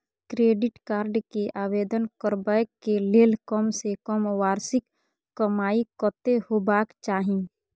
Credit card के आवेदन करबैक के लेल कम से कम वार्षिक कमाई कत्ते होबाक चाही?